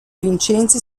vincenzi